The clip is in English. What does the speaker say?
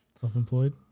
Self-employed